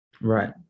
Right